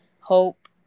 hope